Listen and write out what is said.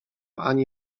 ani